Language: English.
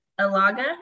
Alaga